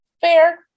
Fair